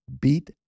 beat